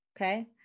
Okay